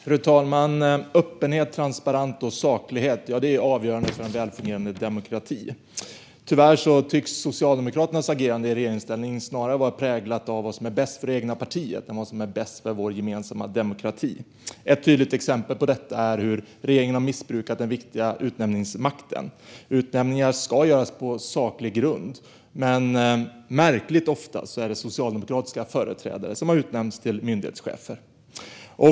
Fru talman! Öppenhet, transparens och saklighet är avgörande för en välfungerande demokrati. Tyvärr tycks Socialdemokraternas agerande i regeringsställning snarare vara präglat av vad som är bäst för det egna partiet än vad som är bäst för vår gemensamma demokrati. Ett tydligt exempel på detta är hur regeringen har missbrukat den viktiga utnämningsmakten. Utnämningar ska göras på saklig grund, men märkligt ofta är det socialdemokratiska företrädare som har utnämnts till myndighetschefer.